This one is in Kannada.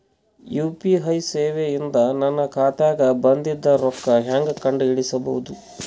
ಯು.ಪಿ.ಐ ಸೇವೆ ಇಂದ ನನ್ನ ಖಾತಾಗ ಬಂದಿದ್ದ ರೊಕ್ಕ ಹೆಂಗ್ ಕಂಡ ಹಿಡಿಸಬಹುದು?